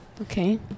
Okay